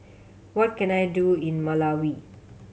what can I do in Malawi